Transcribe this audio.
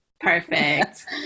perfect